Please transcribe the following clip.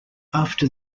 after